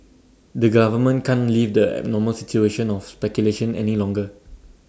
the government can't leave the abnormal situation of speculation any longer